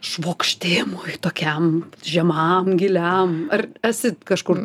švokštimui tokiam žemam giliam ar esi kažkur